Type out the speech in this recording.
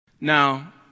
Now